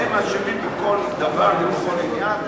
הם אשמים בכל דבר ובכל עניין,